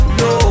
no